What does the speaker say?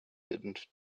didn’t